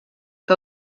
que